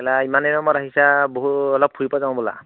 ইমান দিনৰ মূৰত আহিছা বহু অলপ ফুৰিব যাওঁ ব'লা